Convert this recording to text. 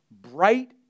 bright